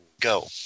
Go